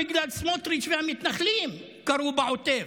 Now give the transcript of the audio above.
בגלל סמוטריץ' והמתנחלים קרו בעוטף,